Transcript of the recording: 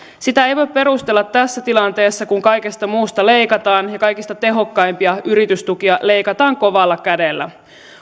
sitä ei voi perustella tässä tilanteessa kun kaikesta muusta leikataan ja kaikista tehokkaimpia yritystukia leikataan kovalla kädellä